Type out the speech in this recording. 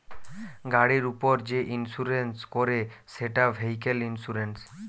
গাড়ির উপর যে ইন্সুরেন্স করে সেটা ভেহিক্যাল ইন্সুরেন্স